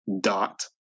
dot